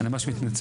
אני ממש מתנצל.